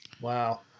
Wow